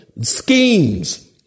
schemes